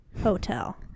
hotel